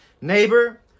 Neighbor